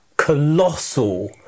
colossal